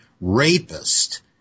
rapist